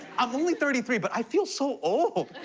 i'm only thirty three, but i feel so old.